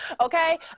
Okay